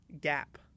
gap